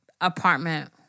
apartment